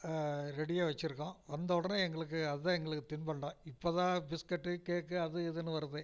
ஆ ரெடியாக வெச்சுருக்கும் வந்தவுடனே எங்களுக்கு அதான் எங்களுக்குத் தின்பண்டம் இப்போ தான் பிஸ்கட்டு கேக்கு அது இதுன்னு வருது